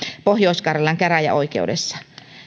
pohjois karjalan käräjäoikeudessa